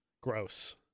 Gross